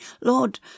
Lord